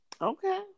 okay